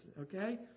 okay